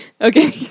Okay